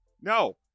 No